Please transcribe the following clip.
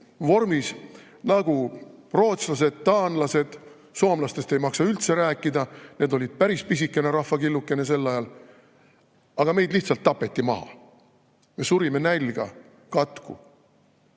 vormis nagu rootslased, taanlased. Soomlastest ei maksa üldse rääkida, need olid päris pisikene rahvakilluke sel ajal. Aga meid lihtsalt tapeti maha. Me surime nälga, katku,